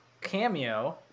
cameo